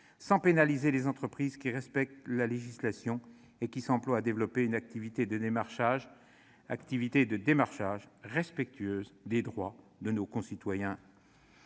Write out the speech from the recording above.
sans pénaliser les entreprises qui respectent la législation et qui s'emploient à développer une activité de démarchage respectueuse des droits de nos concitoyens.